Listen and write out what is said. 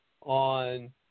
on